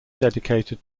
dedicated